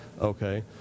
Okay